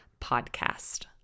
Podcast